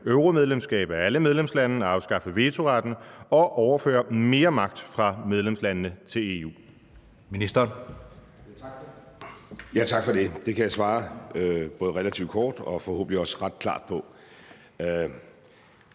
euromedlemskab af alle medlemslande, afskaffe vetoretten og overføre mere magt fra medlemslandene til EU?